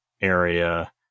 area